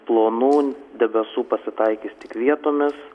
plonų debesų pasitaikys tik vietomis